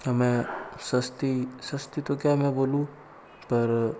हमें सस्ती सस्ती तो क्या मैं बोलूँ पर